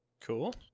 Cool